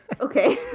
Okay